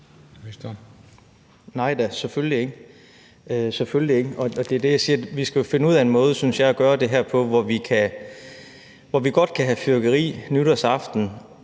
Nej da, selvfølgelig ikke. Det er det, jeg siger: Vi skal jo finde ud af en måde, synes jeg, at gøre det her på, hvor vi godt kan have fyrværkeri nytårsaften,